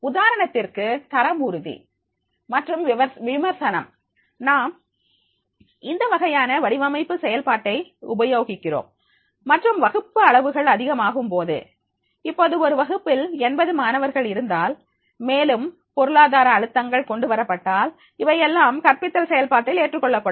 உதாரணத்திற்கு தரம் உறுதி மற்றும்விமர்சனம் நாம் இந்த வகையான வடிவமைப்பு செயல்பாட்டை உபயோகிக்கிறோம் மற்றும் வகுப்பு அளவுகள் அதிகமாகும்போது இப்போது ஒரு வகுப்பில் 80 மாணவர்கள் இருந்தால் மேலும் பொருளாதார அழுத்தங்கள் கொண்டுவரப்பட்டால் இவையெல்லாம் கற்பித்தல் செயல்பாட்டில் ஏற்றுக் கொள்ளப்படும்